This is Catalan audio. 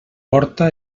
porta